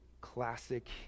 classic